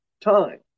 time